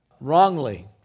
wrongly